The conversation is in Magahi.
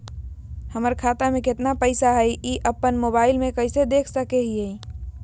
हमर खाता में केतना पैसा हई, ई अपन मोबाईल में कैसे देख सके हियई?